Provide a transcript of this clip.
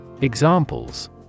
Examples